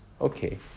Okay